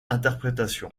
interprétation